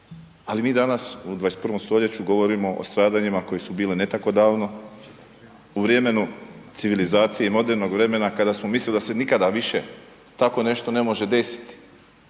ali mi danas u 21. stoljeću govorimo o stradanjima koja su bila ne tako davno, u vremenu civilizacije i modernog vremena kada smo mislili da se nikada više tako nešto ne može desiti